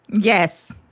Yes